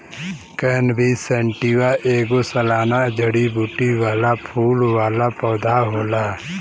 cannabis sativa ऐगो सालाना जड़ीबूटी वाला फूल वाला पौधा होला